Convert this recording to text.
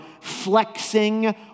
flexing